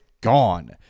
gone